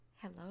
Hello